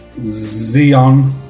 Xeon